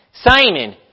Simon